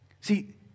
See